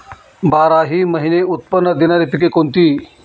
बाराही महिने उत्त्पन्न देणारी पिके कोणती?